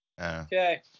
Okay